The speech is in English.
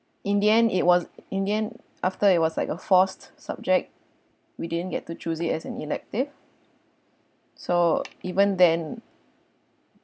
in the end it was in the end after it was like a forced subject we didn't get to choose it as an elective so even then